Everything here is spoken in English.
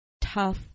tough